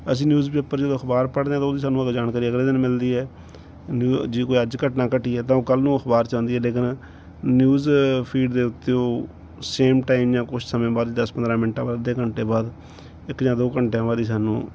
ਅਸੀਂ ਨਿਊਜ਼ਪੇਪਰ ਜਦੋਂ ਅਖਬਾਰ ਪੜ੍ਹਦੇ ਹਾਂ ਤਾ ਉਹਦੀ ਸਾਨੂੰ ਉਦੋਂ ਜਾਣਕਾਰੀ ਅਗਲੇ ਦਿਨ ਮਿਲਦੀ ਹੈ ਜੇ ਜੇ ਕੋਈ ਅੱਜ ਘਟਨਾ ਘਟੀ ਹੈ ਤਾਂ ਉਹ ਕੱਲ੍ਹ ਨੂੰ ਅਖਬਾਰ 'ਚ ਆਉਂਦੀ ਹੈ ਲੇਕਿਨ ਨਿਊਜ਼ ਫੀਡ ਦੇ ਉੱਤੇ ਉਹ ਸੇਮ ਟਾਈਮ ਜਾਂ ਕੁਛ ਸਮੇਂ ਬਾਅਦ ਦਸ ਪੰਦਰ੍ਹਾਂ ਮਿੰਟਾਂ ਬਾਅਦ ਅੱਧੇ ਘੰਟੇ ਬਾਅਦ ਇੱਕ ਜਾਂ ਦੋ ਘੰਟਿਆਂ ਬਾਅਦ ਹੀ ਸਾਨੂੰ